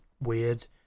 weird